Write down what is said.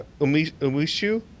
Umishu